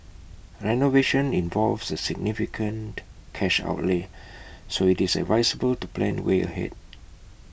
renovation involves A significant cash outlay so IT is advisable to plan way ahead